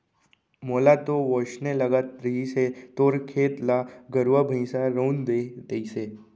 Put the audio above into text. मोला तो वोसने लगत रहिस हे तोर खेत ल गरुवा भइंसा रउंद दे तइसे